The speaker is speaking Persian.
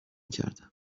کردم